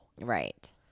Right